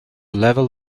level